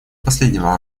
последнего